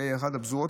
באחת הפזורות,